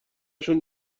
شون